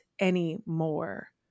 anymore